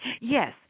Yes